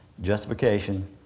justification